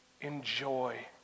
enjoy